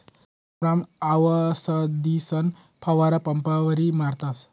वावरमा आवसदीसना फवारा पंपवरी मारतस